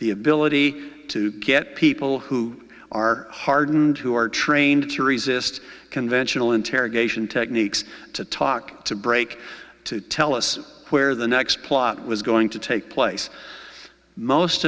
the ability to get people who are hardened who are trained to resist conventional interrogation techniques to talk to break to tell us where the next plot was going to take place most